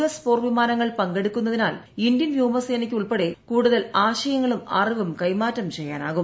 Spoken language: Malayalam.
എസ് പോർ വിമാനങ്ങൾ പങ്കെടുക്കുന്നതിനാൽ ഇന്ത്യൻ വ്യോമസേനയ്ക്ക് ഉൾപ്പെടെ കൂടുതൽ ആശയങ്ങളും അറിവും കൈമാറ്റം ചെയ്യാനാകും